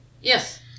Yes